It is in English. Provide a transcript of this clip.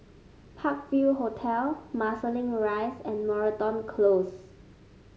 Park View Hotel Marsiling Rise and Moreton Close